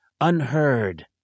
unheard